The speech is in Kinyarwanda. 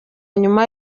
nyuma